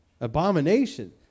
abomination